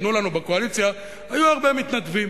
תנו לנו בקואליציה היו הרבה מתנדבים.